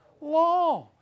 Law